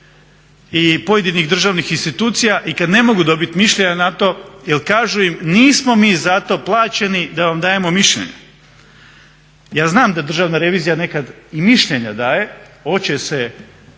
i pojedinih državnih institucija i kad ne mogu dobiti mišljenja na to jer kažu im nismo mi za to plaćeni da vam dajemo mišljenja. Ja znam da Državna revizija nekad i mišljenja daje, oće se